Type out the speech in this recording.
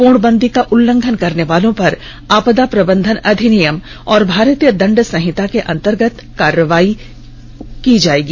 पूर्णबंदी का उल्लंघन करने वालो पर आपदा प्रबंधन अधिनियम और भारतीय दंड संहिता के अंतर्गत कार्रवाई की जानी चाहिए